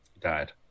Died